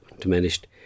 diminished